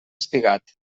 espigat